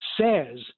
says